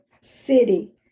city